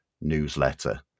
newsletter